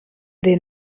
den